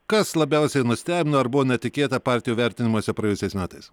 kas labiausiai nustebino ar buvo netikėta partijų vertinimuose praėjusiais metais